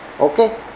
Okay